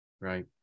right